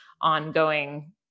ongoing